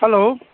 hello